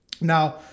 Now